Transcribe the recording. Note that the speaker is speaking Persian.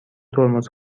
ترمز